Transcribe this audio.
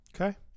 Okay